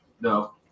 No